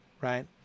right